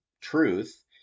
truth